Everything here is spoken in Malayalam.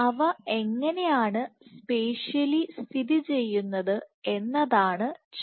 അവ എങ്ങനെയാണ് സ്പേഷ്യലി സ്ഥിതിചെയ്യുന്നത് എന്നതാണ് ചോദ്യം